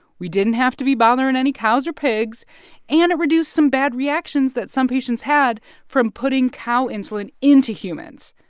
we didn't have to be bothering any cows or pigs and it reduced some bad reactions that some patients had from putting cow insulin into humans.